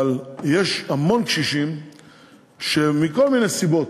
אבל יש המון קשישים שמכל מיני סיבות,